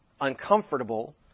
uncomfortable